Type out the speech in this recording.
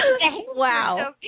Wow